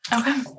Okay